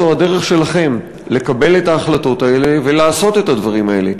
זו הדרך שלכם לקבל את ההחלטות האלה ולעשות את הדברים האלה.